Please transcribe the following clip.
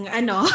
ano